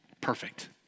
perfect